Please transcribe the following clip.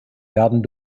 werden